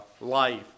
life